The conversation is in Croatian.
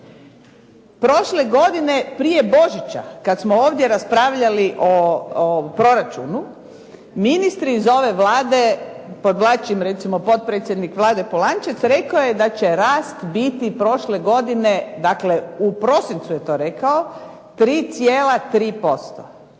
Prošle godine prije Božića kada smo ovdje raspravljali o proračunu, ministri iz ove Vlade, podvlačim recimo potpredsjednik Vlade Polančec, rekao je da će rast biti prošle godine, dakle u prosincu je to rekao, 3,3%.